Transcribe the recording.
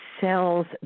cells